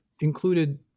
included